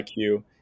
IQ